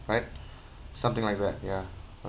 right something like that ya